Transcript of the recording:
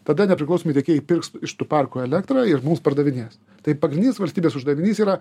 tada nepriklausomi tiekėjai pirks iš tų parkų elektrą ir mums pardavinės tai pagrindinis valstybės uždavinys yra